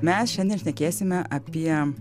mes šiandien šnekėsime apie